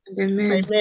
Amen